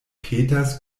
petas